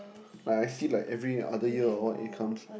like I see like every other year or what it comes